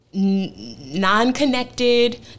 non-connected